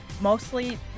mostly